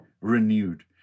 renewed